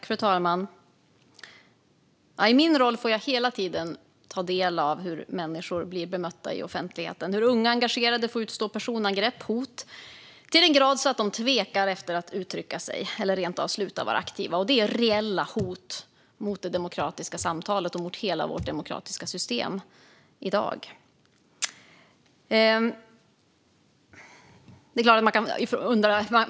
Fru talman! I min roll får jag hela tiden ta del av hur människor blir bemötta i offentligheten och hur unga engagerade får utstå personangrepp och hot så till den grad att de tvekar att uttrycka sig eller rent av slutar att vara aktiva. Det är reella hot mot det demokratiska samtalet och mot hela vårt demokratiska system i dag.